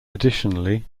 additionally